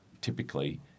typically